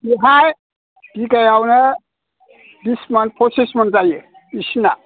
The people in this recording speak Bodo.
बेवहाय बिगायावनो बिसमन पसिसमन जायो बिसोरना